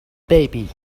baby